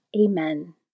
Amen